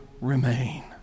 remain